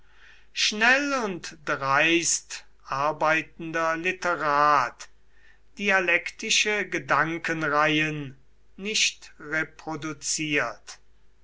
schnell und dreist arbeitender literat dialektische gedankenreihen nicht reproduziert